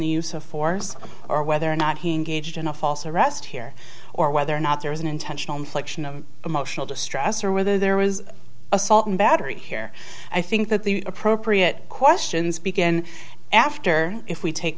the use of force or whether or not he engaged in a false arrest here or whether or not there was an intentional infliction of emotional distress or whether there was assault and battery care i think that the appropriate questions begin after if we take